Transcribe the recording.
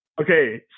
Okay